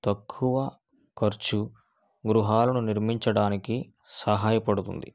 తక్కువ ఖర్చు గృహాలను నిర్మించడానికి సహాయపడుతుంది